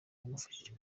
yamufashije